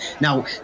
Now